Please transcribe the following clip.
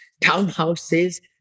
townhouses